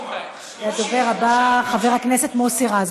והדובר הבא חבר הכנסת מוסי רז,